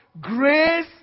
Grace